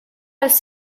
dels